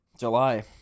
july